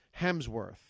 Hemsworth